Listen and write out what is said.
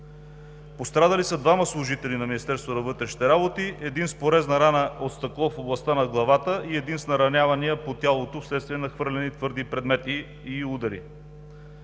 вътрешните работи – един с порезна рана от стъкло в областта на главата и един с наранявания по тялото, вследствие на хвърлени твърди предмети и на удари.